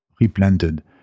replanted